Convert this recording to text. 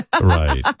right